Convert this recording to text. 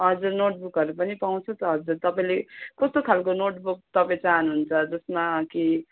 हजुर नोटबुकहरू पनि पाउँछ त हजुर तपाईँले कस्तो खालको नोटबुक तपाईँले चाहनुहुन्छ जसमा कि